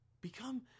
Become